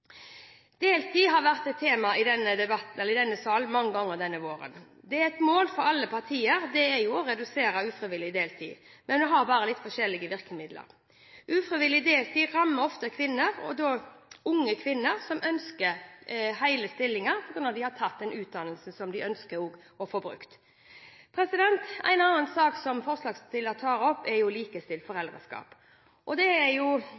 Deltid har vært et tema i denne sal mange ganger. Det er et mål for alle partier å redusere ufrivillig deltid, men vi har bare litt forskjellige virkemidler. Ufrivillig deltid rammer ofte kvinner, og gjerne unge kvinner som ønsker hele stillinger, når de har tatt en utdannelse som de ønsker å få brukt. En annen sak som forslagsstillerne tar opp, er likestilt foreldreskap. Og på tampen av denne stortingsperioden er det jo kjekt å få lov til å snakke om foreldrepermisjon og